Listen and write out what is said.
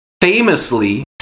famously